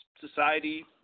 society